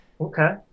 okay